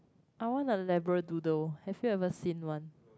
I want a labradoodle have you ever seen one